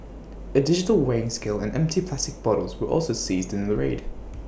A digital weighing scale and empty plastic bottles were also seized in the raid